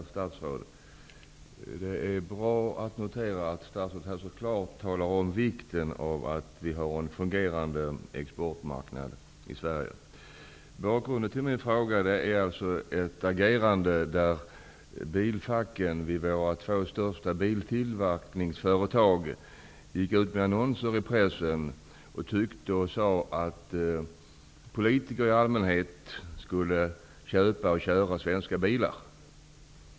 Fru talman! Det är bra att statsrådet så klart understryker vikten av att vi i Sverige har en fungerande exportmarknad. Bakgrunden till min fråga är alltså det sätt på vilket facken vid våra två största biltillverkningsföretag har agerat. Man har gått ut med annonser i pressen och sagt att politiker i allmänhet skall köpa och köra svenska bilar.